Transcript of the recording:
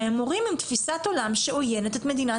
שהם מורים עם תפיסת עולם שעויינת את מדינת